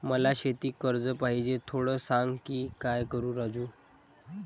मला शेती कर्ज पाहिजे, थोडं सांग, मी काय करू राजू?